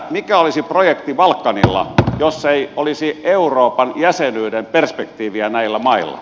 mitä olisi projekti balkanilla jos ei olisi euroopan jäsenyyden perspektiiviä näillä mailla